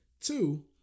Two